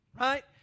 right